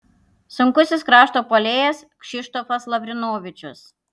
sunkusis krašto puolėjas kšištofas lavrinovičius